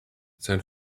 sein